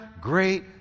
great